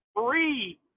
three